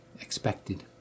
expected